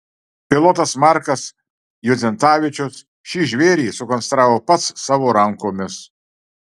pilotas markas judzentavičius šį žvėrį sukonstravo pats savo rankomis